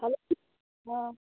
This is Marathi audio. हॅलो हां